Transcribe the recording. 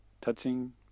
touching